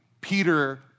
Peter